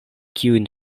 kiujn